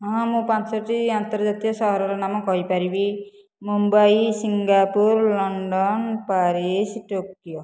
ହଁ ମୁଁ ପାଞ୍ଚୋଟି ଆନ୍ତର୍ଜାତୀୟ ସହରର ନାମ କହି ପାରିବି Mumbai Singapore London Paris Tokyo